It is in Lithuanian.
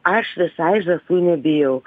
aš visai žąsų nebijau